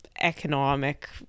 economic